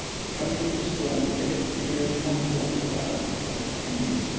the coming of the storm checked the furious onslaught of our black enemies,